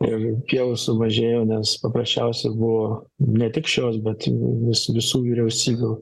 ir kiek sumažėjo nes paprasčiausiai buvo ne tik šios bet vi visų vyriausybių